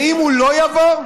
ואם הוא לא יבוא,